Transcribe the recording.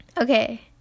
Okay